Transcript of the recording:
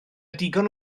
digon